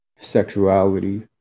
sexuality